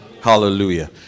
hallelujah